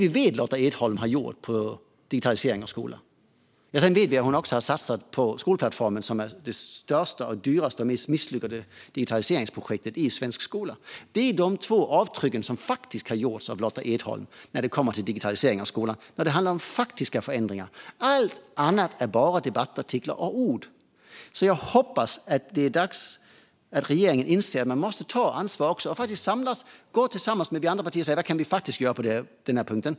Vi vet också att hon har satsat på skolplattformen, som är det största, dyraste och mest misslyckade digitaliseringsprojektet i svensk skola. Det är de två avtrycken som har gjorts av Lotta Edholm när det kommer till digitalisering av skolan och faktiska förändringar. Allt annat är bara debattartiklar och ord. Det är dags för regeringen att inse att man måste ta ansvar och samla oss övriga partier och säga: Vad kan vi faktiskt göra på den här punkten?